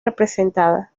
representada